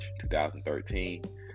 2013